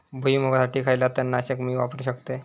भुईमुगासाठी खयला तण नाशक मी वापरू शकतय?